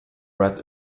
read